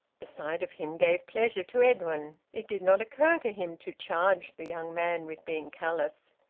the sight of him gave pleasure to edwin. it did not occur to him to charge the young man with being callous.